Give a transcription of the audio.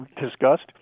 discussed